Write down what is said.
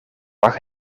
lag